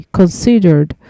considered